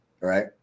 right